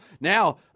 now